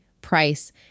price